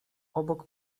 obok